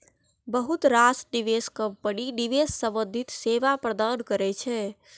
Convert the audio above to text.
बहुत रास निवेश कंपनी निवेश संबंधी सेवा प्रदान करै छै